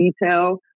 detail